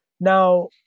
Now